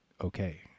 okay